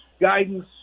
guidance